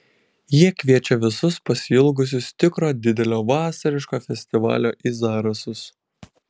jie kviečia visus pasiilgusius tikro didelio vasariško festivalio į zarasus